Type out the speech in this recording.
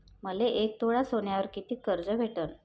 मले एक तोळा सोन्यावर कितीक कर्ज भेटन?